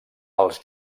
els